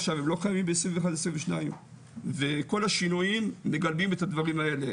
עכשיו הם לא חלים ב-21 22 וכל השינויים מגבים את הדברים האלה,